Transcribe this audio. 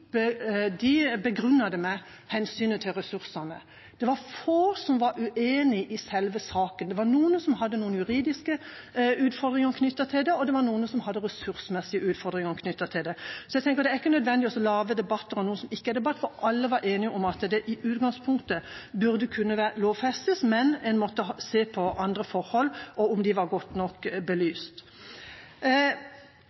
begrunnet det med hensynet til ressursene. Det var få som var uenig i selve saken. Det var noen som så noen juridiske utfordringer knyttet til det, og det var noen som så ressursmessige utfordringer knyttet til det. Så jeg tenker at det er ikke nødvendig å lage en debatt av noe som ikke er en debatt, for alle var enige om at det i utgangspunktet burde kunne lovfestes, men en måtte se på andre forhold og om de var godt nok